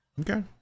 Okay